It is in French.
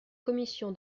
commission